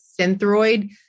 Synthroid